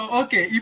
okay